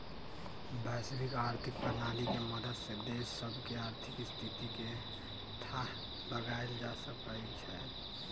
वैश्विक आर्थिक प्रणाली के मदद से देश सभके आर्थिक स्थिति के थाह लगाएल जा सकइ छै